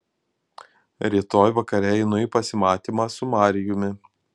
rytoj vakare einu į pasimatymą su marijumi